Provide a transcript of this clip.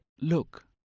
Look